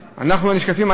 השקופים,